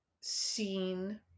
seen